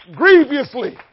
grievously